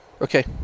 Okay